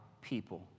people